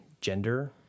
gender